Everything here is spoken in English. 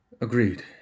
Agreed